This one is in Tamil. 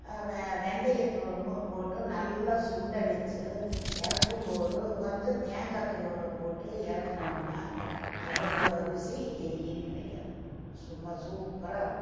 வெ வெந்தயத்தூளும் போட்டு நல்லா சுண்ட வச்சு வெச்சு இறக்கும் போது கொஞ்சம் தேங்காய் துருவலை போட்டு இறக்குனோம்னா அதோடய ருசி எங்கையும் கிடைக்காது சும்மா சூப்பராக இருக்கும்